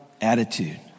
attitude